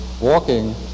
walking